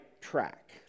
track